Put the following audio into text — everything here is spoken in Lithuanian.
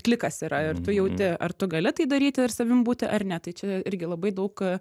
klikas yra ir tu jauti ar tu gali tai daryti ir savim būti ar ne tai čia irgi labai daug